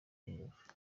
ingufu